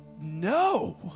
no